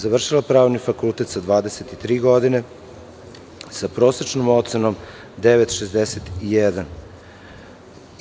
Završila je Pravni fakultet sa 23 godine, sa prosečnom ocenom 9,61.